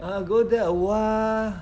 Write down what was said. ah go there awhile